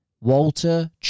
Walter